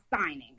signing